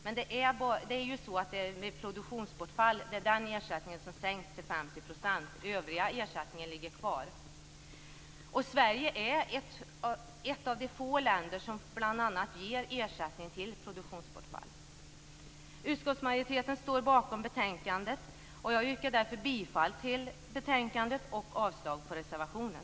Det är ersättningen vid produktionsbortfall som sänks till 50 %. Övriga ersättningar ligger kvar oförändrade. Sverige är ett av de få länder som bl.a. ger ersättning för produktionsbortfall. Utskottsmajoriteten står bakom betänkandet, och jag yrkar därför bifall till utskottets hemställan och avslag på reservationen.